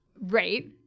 Right